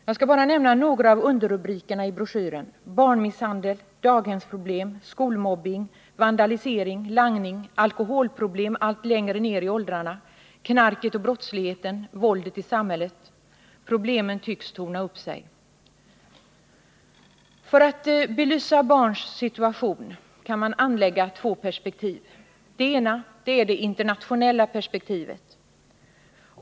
Jag skall bara nämna några av underrubrikerna i broschyren: Barnmisshandel, daghemsproblem, skolmobbning, vandalisering, langning, alkoholproblem allt längre ner i åldrarna, knarket och brottsligheten, våldet i samhället. Problemen tycks torna upp sig. För att belysa barns situation kan man anlägga två perspektiv. Det ena är det internationella perspektivet.